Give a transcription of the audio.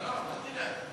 לא, אל תדאג.